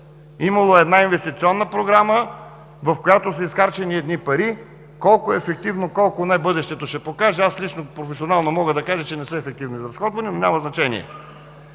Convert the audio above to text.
Имало е една инвестиционна програма, в която са изхарчени едни пари – колко ефективно, колко не, бъдещето ще покаже. Аз лично професионално мога да кажа, че не са изразходвани ефективно, но няма значение.